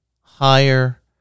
higher